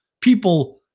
people